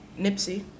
Nipsey